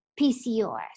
pcos